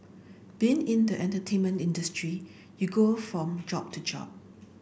being in the entertainment industry you go from job to job